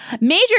Major